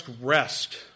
rest